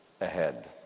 ahead